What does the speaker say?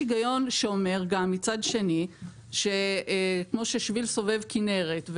יש גם היגיון שאומר שכמו ששביל סובב כנרת,